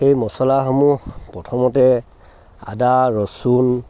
সেই মছলাসমূহ প্ৰথমতে আদা ৰচুন